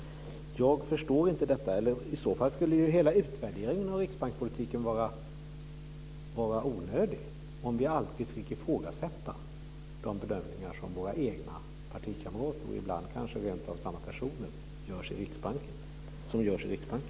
Jag förstår inte det här. I så fall skulle ju hela utvärderingen av riksbankspolitiken vara onödig - om vi aldrig fick ifrågasätta de bedömningar som våra egna partikamrater, och ibland kanske rentav samma personer, gör i Riksbanken.